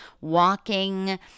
walking